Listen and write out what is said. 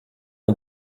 ont